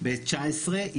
ב-2019.